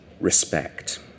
respect